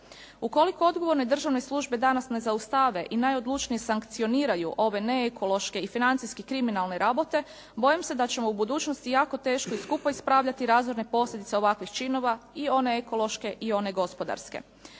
U koliko odgovorne državne službe danas ne zaustave i najodlučnije sankcioniraju ove neekološke i financijski kriminalne rabote bojim se da ćemo u budućnosti jako teško i skupo ispravljati razvojne posljedice ovakvih ciljeva i one ekološke i one gospodarske.